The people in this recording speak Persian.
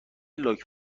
لاک